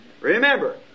Remember